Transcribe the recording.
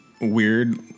weird